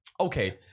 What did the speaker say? Okay